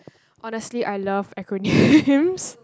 honestly I love acronyms